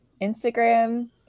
Instagram